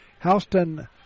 Houston